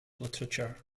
literature